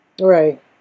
Right